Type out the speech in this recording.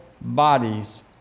bodies